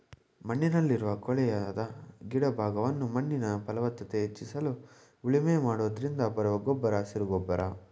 ಮಣ್ಣಲ್ಲಿರುವ ಕೊಳೆಯದ ಗಿಡ ಭಾಗವನ್ನು ಮಣ್ಣಿನ ಫಲವತ್ತತೆ ಹೆಚ್ಚಿಸಲು ಉಳುಮೆ ಮಾಡೋದ್ರಿಂದ ಬರುವ ಗೊಬ್ಬರ ಹಸಿರು ಗೊಬ್ಬರ